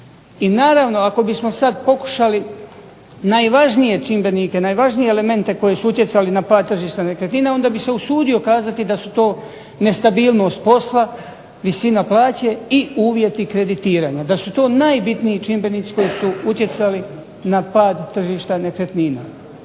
I naravno, ako bismo sad pokušali najvažnije čimbenike, najvažnije elemente koji su utjecali na pad tržišta nekretnina onda bih se usudio kazati da su to nestabilnost posla, visina plaće i uvjeti kreditiranja. Da su to najbitniji čimbenici koji su utjecali na pad tržišta nekretnina.